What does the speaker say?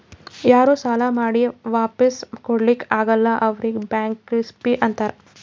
ಯಾರೂ ಸಾಲಾ ಮಾಡಿ ವಾಪಿಸ್ ಕೊಡ್ಲಾಕ್ ಆಗಲ್ಲ ಅವ್ರಿಗ್ ಬ್ಯಾಂಕ್ರಪ್ಸಿ ಅಂತಾರ್